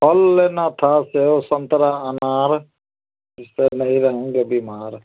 फल लेना था सेब संतरा अनार इस तरह नहीं रहेंगे बीमार